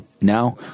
Now